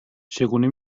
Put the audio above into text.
چگونه